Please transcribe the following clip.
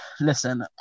listen